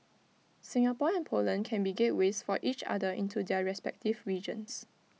Singapore and Poland can be gateways for each other into their respective regions